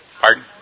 Pardon